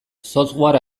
software